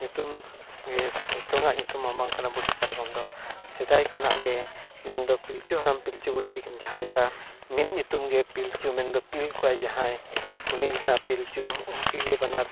ᱧᱩᱛᱩᱢ ᱜᱮ ᱥᱮ ᱱᱤᱛᱚᱜ ᱟᱜ ᱧᱩᱛᱩᱢᱟ ᱵᱟᱝ ᱠᱟᱱᱟ ᱵᱩᱰᱷᱤ ᱯᱟᱨᱠᱚᱢ ᱫᱚ ᱥᱮᱫᱟᱭ ᱠᱷᱚᱱᱟᱜ ᱜᱮ ᱢᱮᱱ ᱫᱚ ᱯᱤᱞᱪᱩ ᱦᱟᱲᱟᱢ ᱯᱤᱞᱪᱩ ᱵᱩᱲᱦᱤ ᱛᱟᱹᱠᱤᱱ ᱡᱟᱦᱟᱸ ᱞᱮᱠᱟ ᱢᱤᱫ ᱧᱩᱛᱩᱢ ᱜᱮ ᱯᱤᱞᱪᱩ ᱢᱮᱱᱫᱚ ᱯᱤᱞ ᱠᱚᱣᱟ ᱡᱟᱦᱟᱸᱭ ᱩᱱᱤ ᱜᱮ ᱱᱟᱦᱟᱜ ᱯᱤᱞᱪᱩ ᱩᱱᱠᱤᱱ ᱜᱮ ᱵᱟᱱᱟᱨ